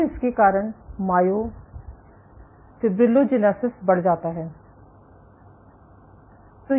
तब इसके कारण मायोफिब्रिलोजेनेसिस बढ़ जाता है